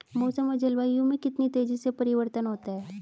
मौसम और जलवायु में कितनी तेजी से परिवर्तन होता है?